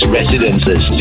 Residences